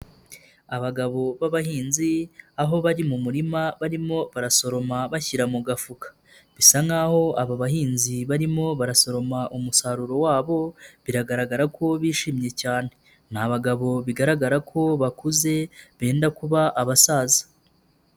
Abagabo b'abahinzi aho bari mu murima barimo barasoroma bashyira mu gafuka bisa nkaho ari abahinzi barimo barasoroma umusaruro wabo biragaragara ko bishimye cyane, ni abagabo bigaragara ko bakuze benda kuba abasaza.